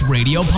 Radio